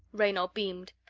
raynor beamed.